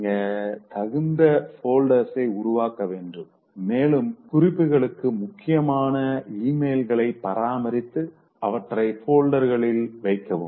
நீங்க தகுந்த போல்டர்களை உருவாக்க வேண்டும் மேலும் குறிப்புகளுக்கு முக்கியமான இமெயில்களை பராமரித்து அவற்றை போல்டர்களில் வைக்கவும்